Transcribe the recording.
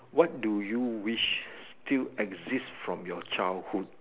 what do you wish still exist from your childhood